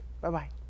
Bye-bye